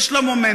יש לה מומנטום.